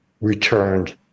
returned